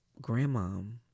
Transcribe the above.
grandmom